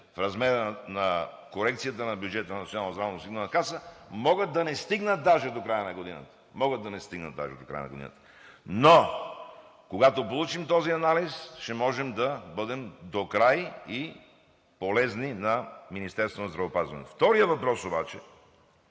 в размера на корекцията за бюджета на Националната здравноосигурителна каса, могат да не стигнат даже до края на годината, но когато получим този анализ, ще можем да бъдем докрай полезни на Министерството на здравеопазването. Вторият въпрос обаче,